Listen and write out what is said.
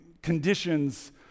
conditions